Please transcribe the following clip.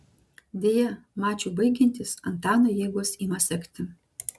deja mačui baigiantis antano jėgos ima sekti